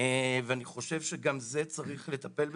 ואני חושב שגם בזה צריך לטפל.